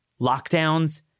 Lockdowns